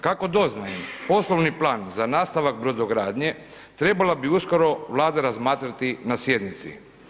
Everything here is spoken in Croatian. Kako doznajem, poslovni plan za nastavak brodogradnje trebala bi uskoro Vlada razmatrati ma sjednici.